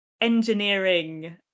engineering